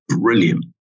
brilliant